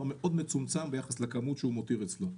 מאוד מצומצם ביחס לכמות שהוא מותיר אצלו.